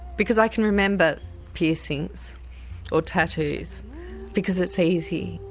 because i can remember piercings or tattoos because it's easy.